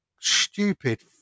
stupid